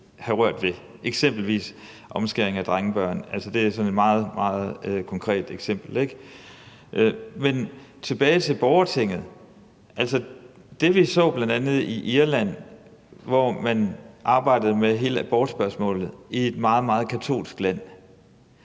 have rørt ved, eksempelvis omskæring af drengebørn. Det er sådan et meget, meget konkret eksempel. Men tilbage til borgertinget: Det, vi så i Irland, hvor man arbejdede med hele abortspørgsmålet i et meget, meget katolsk land,